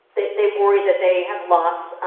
they they worry that they have lost